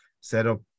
setup